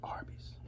Arby's